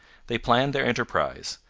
they planned their enterprise,